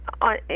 on